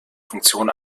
funktion